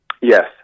Yes